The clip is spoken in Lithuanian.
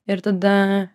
ir tada